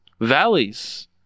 valleys